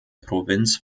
provinz